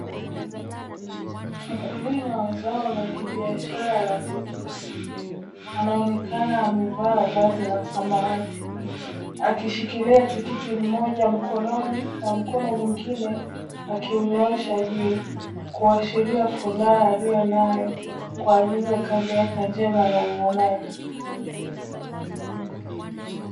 Mkulima wa zao la kibiashara la tikiti, anaonekana amevaa vazi la samawati, akishikilia tikiti moja mkononi na mkono mwingine akiunyosha juu, kuashiria furaha aliyo nayo, kwa ajili ya kazi yake njema ya uvunaji.